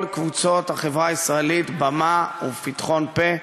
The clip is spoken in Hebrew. קבוצות החברה הישראלית במה ופתחון פה,